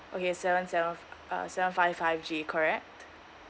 okay seven seven uh seven five five G correct